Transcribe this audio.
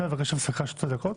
אפשר לבקש הפסקה של שתי דקות?